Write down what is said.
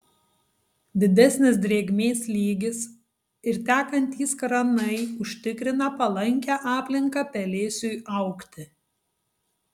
didesnis drėgmės lygis ir tekantys kranai užtikrina palankią aplinką pelėsiui augti